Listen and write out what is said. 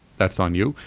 that's on you.